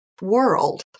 world